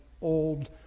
old